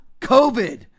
COVID